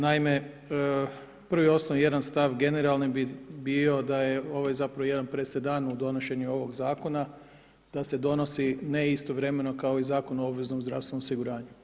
Naime, prvi osnovni i jedan stav generalni bi bio da je ovo zapravo jedan presedan u donošenju ovog zakona da se donosi neistovremeno kao i Zakon o obveznom zdravstvenom osiguranju.